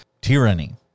tyranny